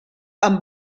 amb